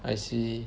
I see